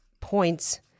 points